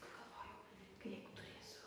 pagalvojau kai turėsiu